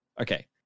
Okay